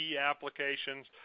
applications